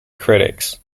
critics